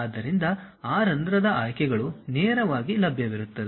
ಆದ್ದರಿಂದ ಆ ರಂಧ್ರದ ಆಯ್ಕೆಗಳು ನೇರವಾಗಿ ಲಭ್ಯವಿರುತ್ತದೆ